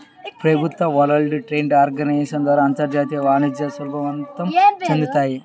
ప్రభుత్వాలు world trade organisation ద్వారా అంతర్జాతీయ వాణిజ్యాన్ని సులభతరం చేత్తాయి